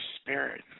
spirit